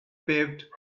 paved